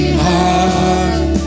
heart